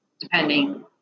depending